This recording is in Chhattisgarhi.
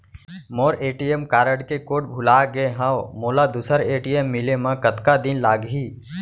मोर ए.टी.एम कारड के कोड भुला गे हव, मोला दूसर ए.टी.एम मिले म कतका दिन लागही?